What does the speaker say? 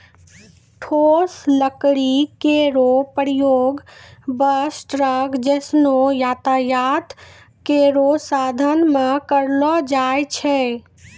ठोस लकड़ी केरो प्रयोग बस, ट्रक जैसनो यातायात केरो साधन म करलो जाय छै